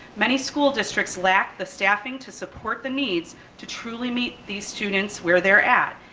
many school districts lack the staffing to support the needs to truly meet these students where they're at,